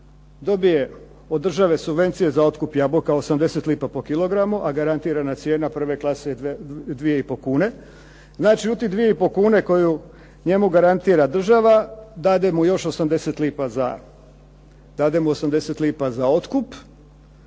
dobije od države subvencije za otkup jabuka 0,80 lipa po kilogramu a garantirana cijena prve klase je dvije i pol kune. Znači, u te dvije i pol kune koju njemu garantira država dade mu još 80 lipa za otkup.